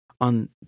on